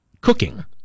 cooking